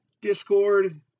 Discord